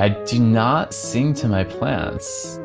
i do not sing to my plants.